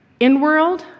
Inworld